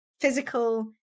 physical